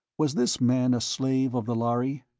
was this man a slave of the lhari,